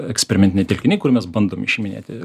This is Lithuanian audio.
eksperimentiniai telkiniai kur mes bandom išiminėti